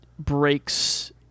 breaks